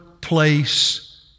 place